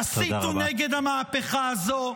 תסיתו נגד המהפכה הזאת,